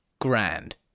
grand